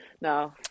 no